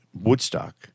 Woodstock